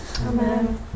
Amen